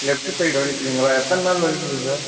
left side வலிக்கிதுங்களா எத்தனை நாள் வலிக்குது சார்